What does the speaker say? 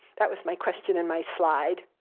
that was my question in my slide,